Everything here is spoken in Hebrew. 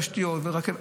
בתשתיות ורכבת,